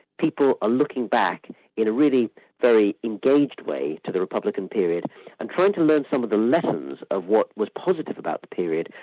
people are looking back in a really very engaged way to the republican period and trying to learn some of the lessons of what was positive about the period,